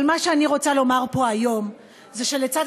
אבל מה שאני רוצה לומר פה היום זה שלצד